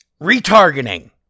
Retargeting